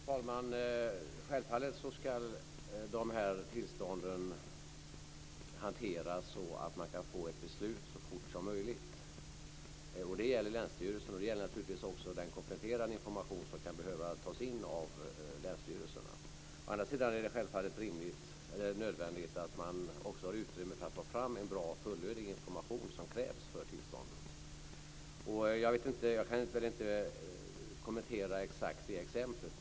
Fru talman! Självfallet ska dessa tillstånd hanteras så att man kan få ett beslut så fort som möjligt. Och det gäller länsstyrelser, och det gäller naturligtvis också den kompletterande information som länsstyrelserna kan behöva ta in. Å andra sidan är det självfallet rimligt, eller nödvändigt, att man också har utrymme för att ta fram en bra och fullödig information som krävs för tillståndet. Jag vill inte kommentera exakt detta exempel.